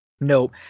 Nope